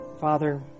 Father